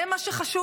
זה מה שחשוב?